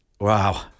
Wow